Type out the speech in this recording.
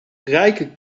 rijke